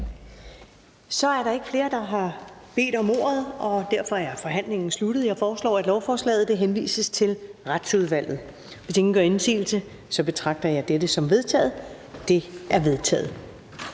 Så er der ikke flere, der har bedt om ordet, og derfor er forhandlingen sluttet. Jeg foreslår, at lovforslaget henvises til Retsudvalget. Hvis ingen gør indsigelse, betragter jeg dette som vedtaget. Det er vedtaget.